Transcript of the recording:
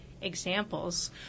examples